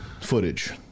footage